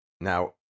Now